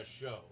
show